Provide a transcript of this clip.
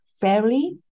fairly